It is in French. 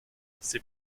c’est